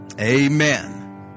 Amen